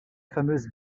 fameuse